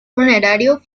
funerario